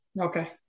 Okay